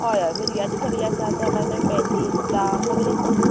हय हय भुरग्यांची सगलें आसा म्हळ्यार पेन्टी ब्रा सगले आसा